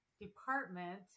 department